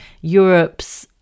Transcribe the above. Europe's